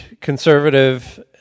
conservative